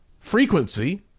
frequency